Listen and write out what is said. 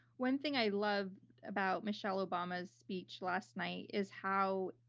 one thing i love about michelle obama's speech last night is how